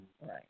Right